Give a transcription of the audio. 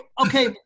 okay